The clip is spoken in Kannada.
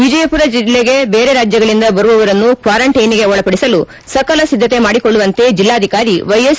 ವಿಜಯಪುರ ಜಿಲ್ಲೆಗೆ ಬೇರೆ ರಾಜ್ಯಗಳಿಂದ ಬರುವವರನ್ನು ಕ್ವಾರಂಟೈನ್ಗೆ ಒಳಪಡಿಸಲು ಸಕಲ ಸಿದ್ದತೆ ಮಾಡಿಕೊಳ್ಳುವಂತೆ ಜಿಲ್ಲಾಧಿಕಾರಿ ವ್ಯೆಎಸ್